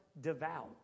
devout